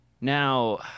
now